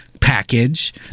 Package